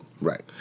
right